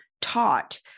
taught